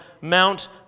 Mount